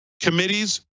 Committees